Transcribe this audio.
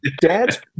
dads